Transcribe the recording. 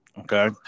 Okay